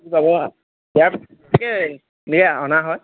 পাব ইয়াৰ অনা হয়